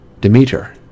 Demeter